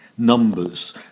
numbers